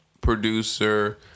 producer